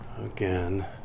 Again